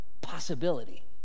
possibility